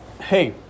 hey